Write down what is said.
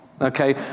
okay